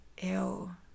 ew